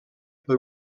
per